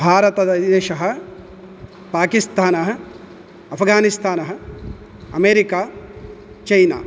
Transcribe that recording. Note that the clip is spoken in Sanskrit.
भारतदेशः पाकिस्तानः अफघानिस्तानः अमेरिका चैना